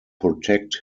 protect